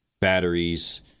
Batteries